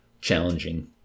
challenging